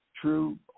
true